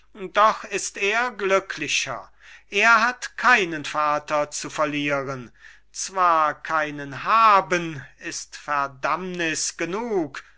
doch doch ist er glücklicher er hat keinen vater zu verlieren zwar keinen haben ist verdammniß genug